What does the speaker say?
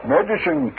Medicine